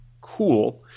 cool